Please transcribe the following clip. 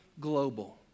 global